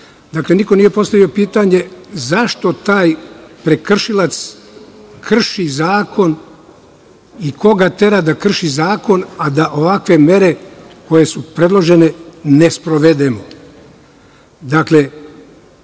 niko nije postavio pitanje zašto taj prekršilac krši zakon i koga tera da krši zakon, a da ovakve mere koje su predložene ne sprovedemo?